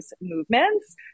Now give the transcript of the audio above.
movements